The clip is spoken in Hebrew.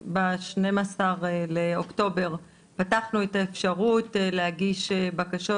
אז ב-12 לאוקטובר פתחנו את האפשרות להגיש בקשות